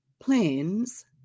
plans